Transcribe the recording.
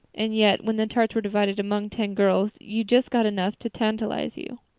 and yet, when the tarts were divided among ten girls you just got enough to tantalize you.